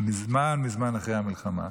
מזמן מזמן אחרי המלחמה,